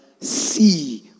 see